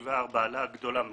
העלאה גדולה מאוד,